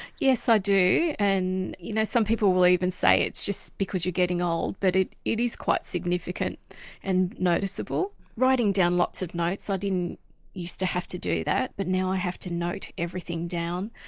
yes i ah do and you know some people will even say it's just because you're getting old but it it is quite significant and noticeable. writing down lots of notes, i didn't used to have to do that but now i have to note everything down.